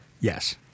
Yes